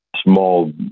small